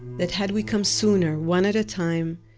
that had we come sooner, one at a time,